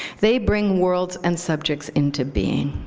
they bring worlds and subjects into being.